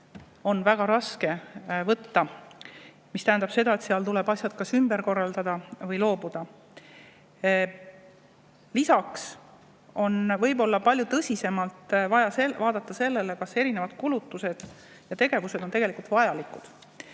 on väga raske võtta, mis tähendab seda, et seal tuleb asjad kas ümber korraldada või loobuda. Lisaks on võib-olla palju tõsisemalt vaja vaadata seda, kas erinevad kulutused ja tegevused on tegelikult vajalikud.